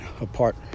apart